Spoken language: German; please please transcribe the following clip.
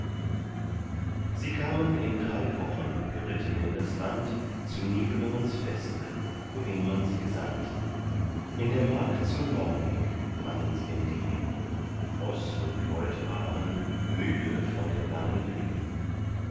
sie kamen in drei wochen geritten in das land zu nibelungens feste wohin man sie gesandt in der mark zu norweg fanden sie den degen roß und leute waren müde von den langen wegen